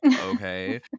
okay